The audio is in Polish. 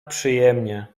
przyjemnie